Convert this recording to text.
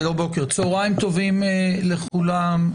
צהריים טובים לכולם.